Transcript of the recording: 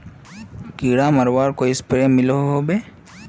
कीड़ा मरवार कोई स्प्रे मिलोहो होबे?